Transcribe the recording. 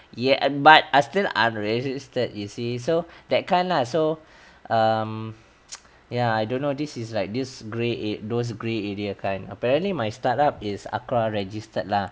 ya and but are still unregistered you see so that kind lah so um ya I don't know this is like this grey a~ those grey area kind apparently my start up is ACRA registered lah